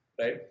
right